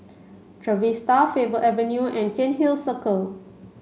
Trevista Faber Avenue and Cairnhill Circle